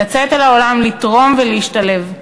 לצאת אל העולם, לתרום ולהשתלב.